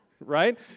right